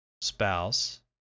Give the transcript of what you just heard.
Spouse